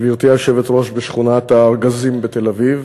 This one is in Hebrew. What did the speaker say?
גברתי היושבת-ראש, בשכונת-הארגזים בתל-אביב,